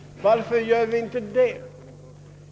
Varför gör vi inte det?